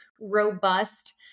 Robust